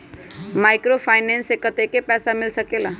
Microfinance से कतेक पैसा मिल सकले ला?